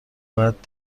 باید